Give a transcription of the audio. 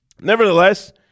Nevertheless